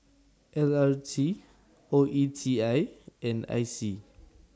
L R T O E T I and I C